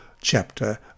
chapter